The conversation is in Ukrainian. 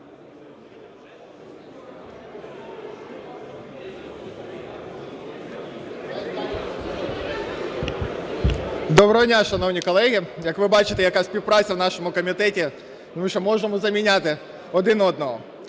Доброго дня, шановні колеги! Як ви бачите, яка співпраця в нашому комітеті, тому що можемо заміняти один одного.